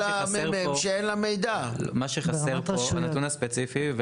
הנתון הספציפי שחסר פה,